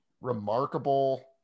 remarkable